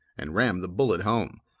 and ram the bullet home,